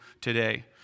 today